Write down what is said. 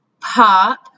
pop